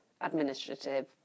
administrative